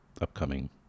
upcoming